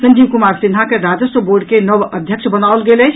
संजीव कुमार सिन्हा के राजस्व बोर्ड के नव अध्यक्ष बनाओल गेल अछि